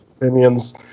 opinions